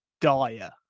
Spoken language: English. dire